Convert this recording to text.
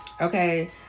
Okay